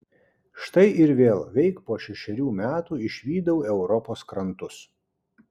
štai ir vėl veik po šešerių metų išvydau europos krantus